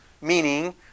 meaning